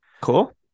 Cool